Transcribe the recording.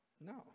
no